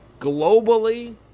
globally